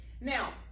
Now